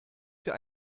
für